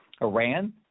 Iran